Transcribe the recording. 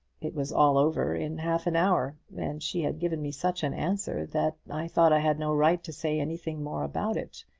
it was all over in half an hour and she had given me such an answer that i thought i had no right to say anything more about it.